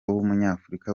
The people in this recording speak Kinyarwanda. w’umunyafurika